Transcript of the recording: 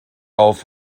auf